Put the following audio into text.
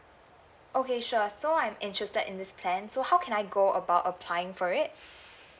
okay sure so I'm interested in this plan so how can I go about applying for it